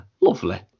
lovely